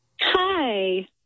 Hi